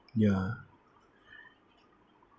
ya